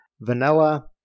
vanilla